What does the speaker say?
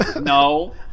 No